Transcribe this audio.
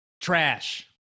Trash